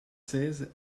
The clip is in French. seize